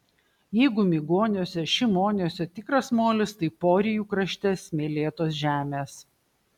jeigu migoniuose šimoniuose tikras molis tai porijų krašte smėlėtos žemės